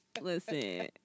Listen